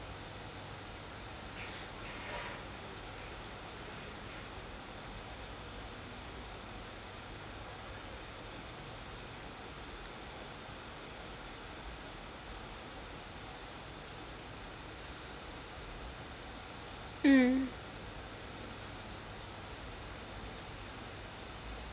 mm